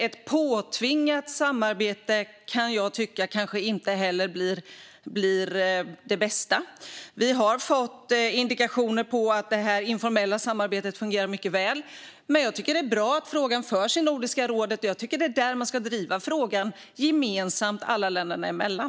Ett påtvingat samarbete kanske inte heller blir det bästa, kan jag tycka. Vi har fått indikationer på att det informella samarbetet fungerar mycket väl, men jag tycker att det är bra att frågan diskuteras i Nordiska rådet. Jag tycker att det är där man ska driva frågan gemensamt, alla länderna emellan.